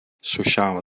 sociale